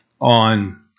on